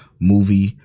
movie